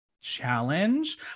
challenge